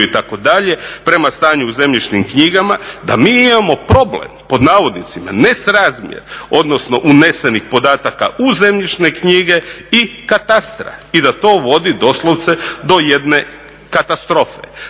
itd., prema stanju u zemljišnim knjigama, da mi imamo problem pod navodnicima "nesrazmjer" odnosno unesenih podataka u zemljišne knjige i katastra i da to vodi doslovce do jedne katastrofe.